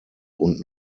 und